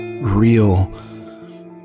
real